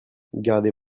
gardez